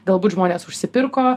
galbūt žmonės užsipirko